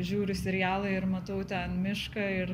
žiūriu serialą ir matau ten mišką ir